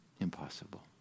Impossible